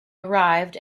arrived